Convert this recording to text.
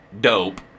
dope